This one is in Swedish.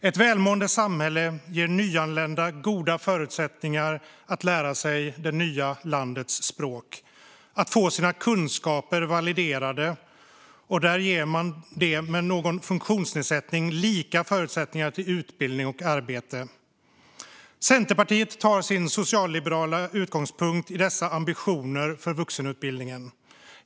Ett välmående samhälle ger nyanlända goda förutsättningar att lära sig det nya landets språk och att få sina kunskaper validerade, och där ger man dem med funktionsnedsättning lika förutsättningar till utbildning och arbete. Centerpartiet tar sin socialliberala utgångspunkt i dessa ambitioner för vuxenutbildningen.